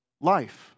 life